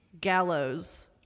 gallows